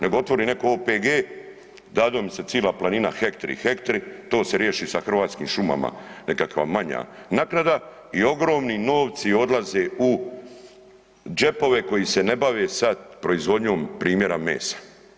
Nego otvori netko OPG, dadu im se cila planina, hektri, hektri, to se riješi sa Hrvatskim šumama, nekakva manja naknada i ogromni novci odlaze u džepove koji se ne bave sa proizvodnjom, primjera, mesa.